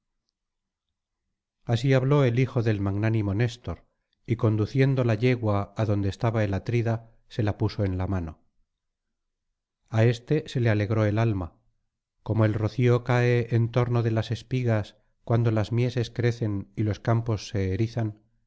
así habló el hijo del magnánimo néstor y conduciendo la yegua adonde estaba el atrida se la puso en la mano a éste se le alegró el alma como el rocío cae en torno de las espigas cuando las mieses crecen y los campos se erizan